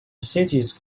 cities